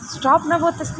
stop न भवत् अस्ति